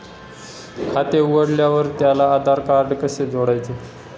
खाते उघडल्यावर त्याला आधारकार्ड कसे जोडायचे?